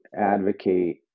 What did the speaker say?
advocate